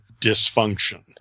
dysfunction